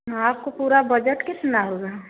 आपका पूरा बजट कितना होगा